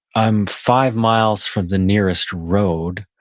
i'm five miles from the nearest road,